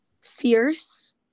fierce